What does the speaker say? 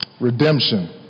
Redemption